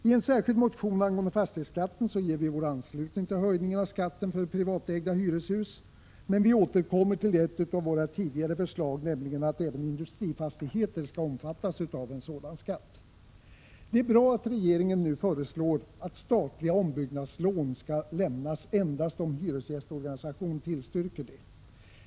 I en särskild motion angående fastighetsskatten ger vi vår anslutning till höjningen av skatten för privatägda hyreshus, men vi återkommer till ett av våra tidigare förslag, nämligen att även industrifastigheter skall omfattas av en sådan skatt. Det är bra att regeringen nu föreslår att statliga ombyggnadslån skall lämnas endast om hyresgästorganisation tillstyrker detta.